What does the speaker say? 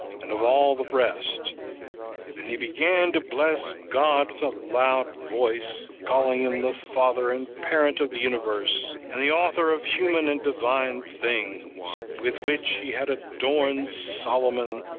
and of all the rest and he began to bless god with a loud voice, calling him the father and parent of the universe, and the author of human and divine things, with which he had adorned solomon,